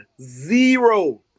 zero